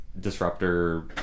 disruptor